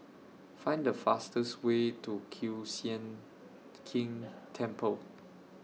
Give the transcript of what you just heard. Find The fastest Way to Kiew Sian King Temple